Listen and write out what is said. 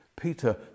Peter